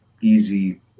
easy